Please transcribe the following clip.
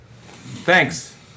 Thanks